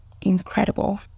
incredible